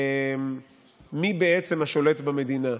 מי בעצם השולט במדינה.